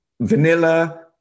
vanilla